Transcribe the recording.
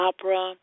Opera